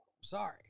Sorry